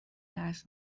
درس